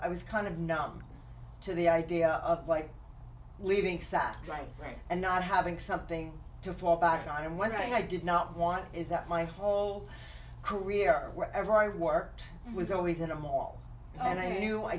i was kind of numb to the idea of leaving sat right right and not having something to fall back on when i did not want is that my whole career wherever i've worked was always in a mall and i knew i